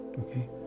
okay